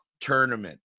tournament